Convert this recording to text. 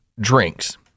drinks